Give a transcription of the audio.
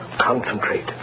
Concentrate